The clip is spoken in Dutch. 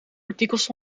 artikels